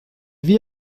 vit